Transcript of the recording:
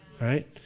right